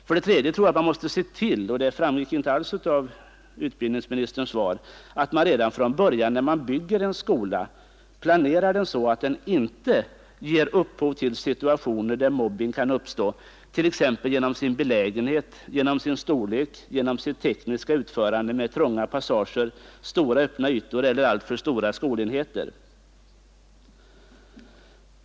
För det tredje: Jag tror att man måste se till — och det framgick inte alls av utbildningsministerns svar — att man redan från början när man bygger en skola planerar den så att den inte ger upphov till situationer där mobbning kan uppstå, t.ex. genom sin belägenhet, genom sin storlek, genom sitt tekniska utförande med trånga passager, stora öppna ytor eller alltför stora skolenheter.